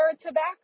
tobacco